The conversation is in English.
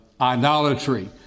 idolatry